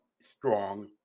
strong